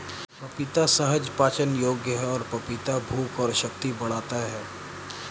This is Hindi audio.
पपीता सहज पाचन योग्य है और पपीता भूख और शक्ति बढ़ाता है